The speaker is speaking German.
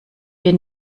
wir